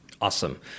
awesome